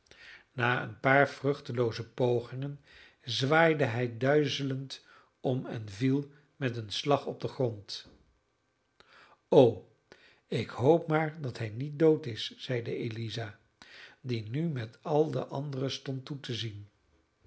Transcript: na een paar vruchtelooze pogingen zwaaide hij duizelend om en viel met een slag op den grond o ik hoop maar dat hij niet dood is zeide eliza die nu met al de anderen stond toe te zien